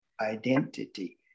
identity